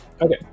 Okay